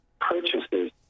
Purchases